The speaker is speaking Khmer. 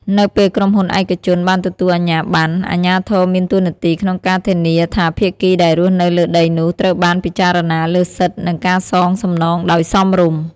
នៅពេលក្រុមហ៊ុនឯកជនបានទទួលអាជ្ញាបណ្ណ អាជ្ញាធរមានតួនាទីក្នុងការធានាថាភាគីដែលរស់នៅលើដីនោះត្រូវបានពិចារណាលើសិទ្ធិនិងការសងសំណងដោយសមរម្យ។